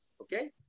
okay